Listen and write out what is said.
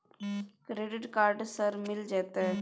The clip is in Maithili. क्रेडिट कार्ड सर मिल जेतै?